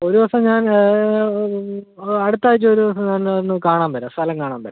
ഒരു ദിവസം ഞാൻ ആ അടുത്തയാഴ്ച്ച ഒരു ദിവസം തന്നെ ഒന്ന് കാണാൻ വരാം സ്ഥലം കാണാൻ വരാം